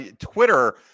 Twitter